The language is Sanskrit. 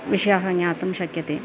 विषयाः ज्ञातुं शक्यते